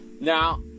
Now